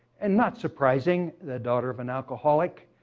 and not surprising, the daughter of an alcoholic,